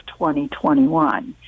2021